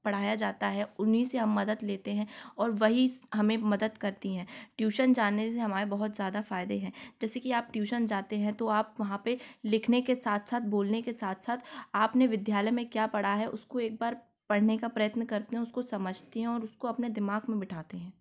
पढ़ाया जाता है उन्हीं से हम मदद लेते हैं और वही हमें मदद करती हैं ट्यूशन जाने से हमारे बहुत जादा फ़ायदे हैं जैसे कि आप ट्यूशन जाते हैं तो आप वहाँ पर लिखने के साथ साथ बोलने के साथ साथ आपने विद्यालय में क्या पढ़ा है उसको एक बार पढ़ने का प्रयत्न करते हैं उसको समझते हैं और उसको अपने दिमाग में बिठाते हैं